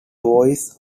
voice